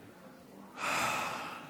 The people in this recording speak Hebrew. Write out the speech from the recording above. ומתוך תחושת אחריות